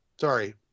Sorry